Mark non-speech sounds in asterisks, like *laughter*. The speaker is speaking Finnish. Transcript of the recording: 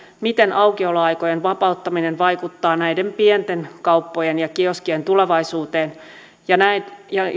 miten aukioloaikojen vapauttaminen vaikuttaa näiden pienten kauppojen ja kioskien tulevaisuuteen ja *unintelligible*